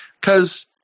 Cause